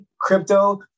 crypto